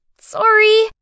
sorry